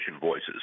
voices